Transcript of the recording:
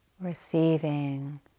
receiving